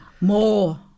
more